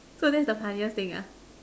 so that's the funniest thing ah